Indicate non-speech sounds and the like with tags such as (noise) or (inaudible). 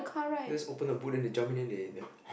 just open the boot then they jump in then they (noise)